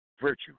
Virtue